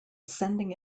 sending